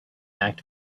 act